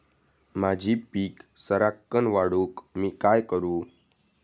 माझी पीक सराक्कन वाढूक मी काय करू?